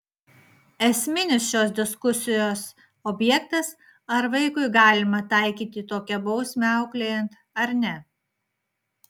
esminis šios diskusijos objektas ar vaikui galima taikyti tokią bausmę auklėjant ar ne